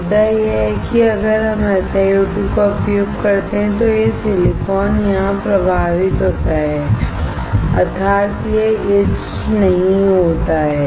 मुद्दा यह है कि अगर हम SiO2 उपयोग करते हैं तो यह सिलिकॉन यहां प्रभावित होता है अर्थात यह etched नहीं होता है